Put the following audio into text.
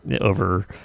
over